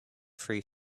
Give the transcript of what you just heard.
free